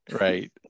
right